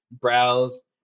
browse